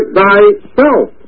thyself